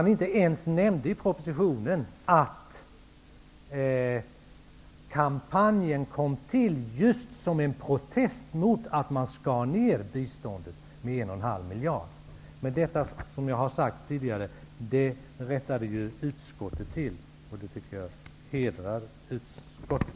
I propositionen nämnde man inte ens att kampanjen kom till just som en protest mot att man skar ner biståndet med 1,5 miljard. Detta rättade, som jag har sagt tidigare, utskottet till. Det tycker jag hedrar utskottet.